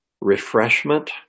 refreshment